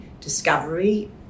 discovery